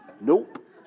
Nope